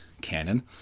canon